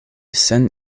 sen